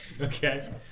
Okay